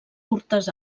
curtes